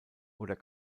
oder